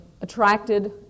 attracted